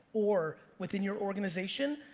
or within your organization,